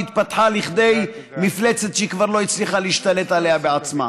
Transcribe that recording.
והתפתחה לכדי מפלצת שהיא כבר לא הצליחה להשתלט עליה בעצמה.